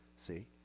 see